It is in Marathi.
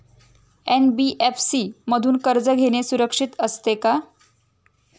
एन.बी.एफ.सी मधून कर्ज घेणे सुरक्षित असते का?